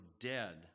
dead